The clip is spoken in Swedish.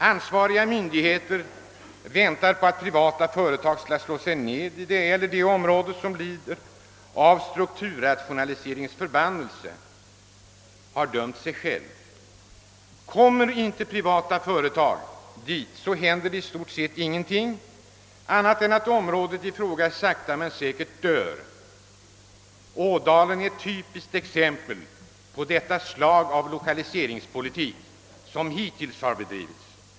Ansvariga myndigheters väntan på att privata företag skall slå sig ned i det eller det området som lider av strukturrationaliseringens förbannelse har dömt sig själv. Kommer inte privata företag dit så händer det i stort sett ingenting annat än att området i fråga sakta men säkert dör. Ådalen är ett typiskt exempel på det slag av lokaliseringspolitik som hittills har bedrivits.